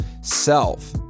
self